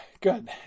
good